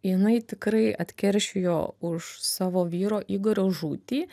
jinai tikrai atkeršijo už savo vyro igorio žūtį